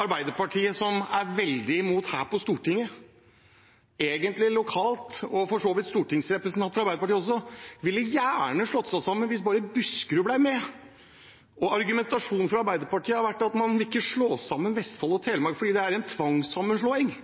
Arbeiderpartiet, som er veldig imot her på Stortinget, egentlig lokalt – og for så vidt også stortingsrepresentanter fra Arbeiderpartiet – gjerne ville slått seg sammen hvis bare Buskerud ble med. Argumentasjonen fra Arbeiderpartiet har vært at man ikke vil slå sammen Vestfold og Telemark, fordi det er en tvangssammenslåing.